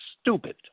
stupid